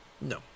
no